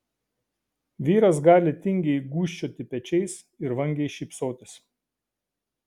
vyras gali tingiai gūžčioti pečiais ir vangiai šypsotis